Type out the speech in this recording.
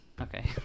Okay